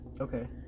Okay